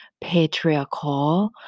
patriarchal